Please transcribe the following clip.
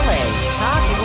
Talk